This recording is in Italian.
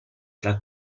tra